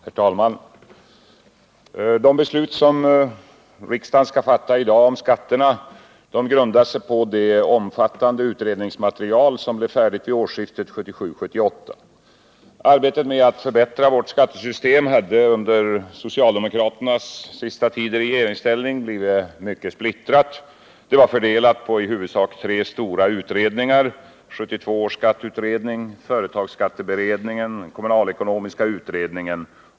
Herr talman! De beslut som riksdagen skall fatta i dag om skatterna grundar sig på det omfattande utredningsmaterial som blev färdigt vid årsskiftet 1977-1978. Arbetet med att förbättra skattesystemet hade under socialdemokraternas sista tid i regeringsställning blivit mycket splittrat. Det var fördelat på i huvudsak tre stora utredningar: 1972 års skatteutredning, företagsskatteberedningen och kommunalekonomiska utredningen.